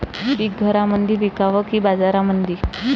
पीक घरामंदी विकावं की बाजारामंदी?